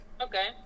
Okay